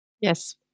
yes